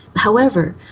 however,